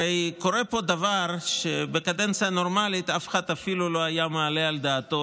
הרי קורה פה דבר שבקדנציה נורמלית אף אחד אפילו לא היה מעלה על דעתו,